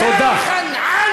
תודה.